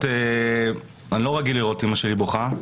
אני לא רגיל לראות את אימא שלי בוכה,